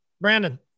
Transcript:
brandon